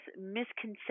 misconception